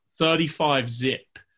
35-zip